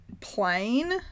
plain